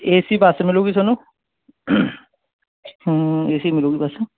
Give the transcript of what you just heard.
ਏ C bus ਮਿਲੂਗੀ ਤੁਹਾਨੂੰ A C ਮਿਲੂਗੀ ਬਸ